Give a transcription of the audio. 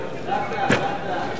אדוני.